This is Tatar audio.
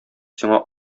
сиңа